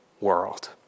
world